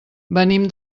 venim